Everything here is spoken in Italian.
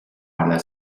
alla